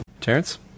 Terrence